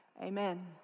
amen